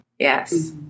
Yes